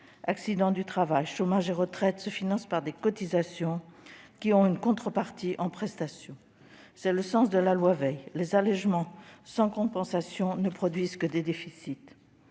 accidents du travail, chômage et retraites se financent par des cotisations qui ont une contrepartie en prestations. C'est le sens de la loi Veil de 1994 : les allégements sans compensations ne produisent que des déficits.